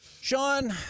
Sean